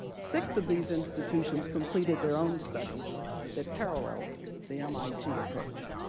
six of these institutions completed their own studies that paralleled the mit approach.